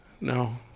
No